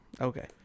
Okay